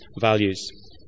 values